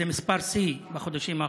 זה מספר שיא בחודשים האחרונים.